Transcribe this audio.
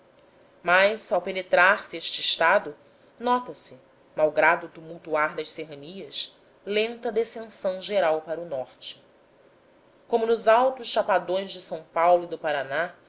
litoral mas ao penetrarse este estado nota-se malgrado o tumultuar das serranias lenta descensão geral para o norte como nos altos chapadões de são paulo e do paraná